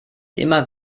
immer